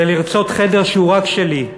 זה לרצות חדר שהוא רק שלי,